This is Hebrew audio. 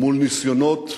מול ניסיונות